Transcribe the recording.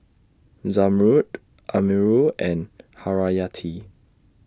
Zamrud Amirul and Haryati